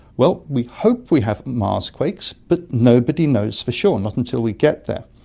well, we hope we have mars-quakes, but nobody knows for sure, not until we get there.